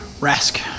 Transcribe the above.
Rask